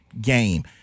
game